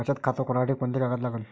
बचत खात खोलासाठी कोंते कागद लागन?